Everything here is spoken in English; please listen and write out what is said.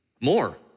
More